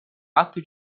ato